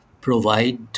provide